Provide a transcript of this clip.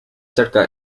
cerca